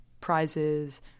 prizes